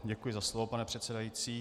Děkuji za slovo, pane předsedající.